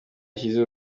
ashyize